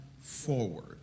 forward